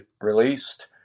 released